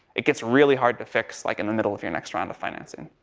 it gets really hard to fix, like, in the middle of your next round of financing.